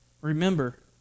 Remember